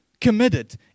committed